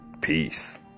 Peace